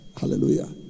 Hallelujah